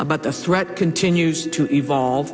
about the threat continues to evolve